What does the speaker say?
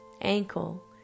ankle